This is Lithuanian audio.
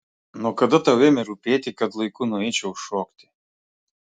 nuo kada tau ėmė rūpėti kad laiku nueičiau šokti